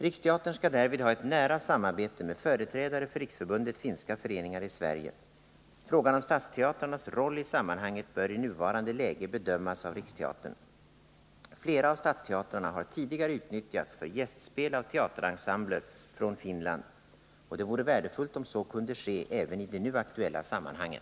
Riksteatern skall därvid ha ett nära samarbete med företrädare för Riksförbundet Finska föreningar i Sverige. Frågan om stadsteatrarnas roll i sammanhanget bör i nuvarande läge bedömas av Riksteatern. Flera av stadsteatrarna har tidigare utnyttjats för gästspel av teaterensembler från Finland, och det vore värdefullt om så kunde ske även i det nu aktuella sammanhanget.